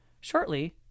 Shortly